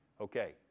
Okay